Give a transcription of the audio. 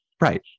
Right